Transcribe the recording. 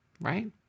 Right